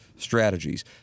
strategies